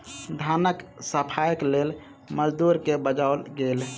धानक सफाईक लेल मजदूर के बजाओल गेल